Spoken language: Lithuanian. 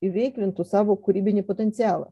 įveiklintų savo kūrybinį potencialą